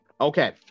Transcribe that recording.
Okay